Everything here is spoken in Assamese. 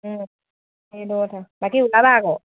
এইটো কথা বাকী ওলাবা আকৌ